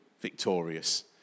victorious